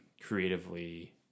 creatively